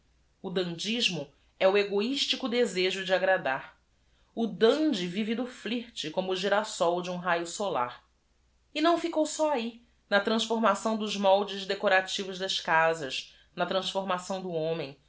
e sorrisos gentis dandysmo é o egoistico desejo de agradar dandy v i v e do f l i r t como o gyrasol de um raio solar não ficou só a h i na transformação dos moldes decorativos das casas na transformação do homem